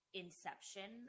inception